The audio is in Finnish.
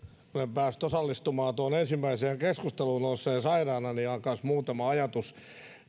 päässyt osallistumaan tuohon ensimmäiseen keskusteluun ollessani sairaana niin ihan kanssa muutama ajatus